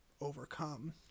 overcome